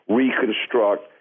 reconstruct